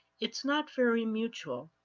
it's not very mutual,